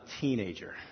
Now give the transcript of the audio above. teenager